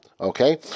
okay